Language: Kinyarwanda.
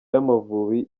y’amavubi